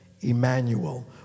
Emmanuel